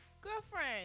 Girlfriend